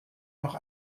noch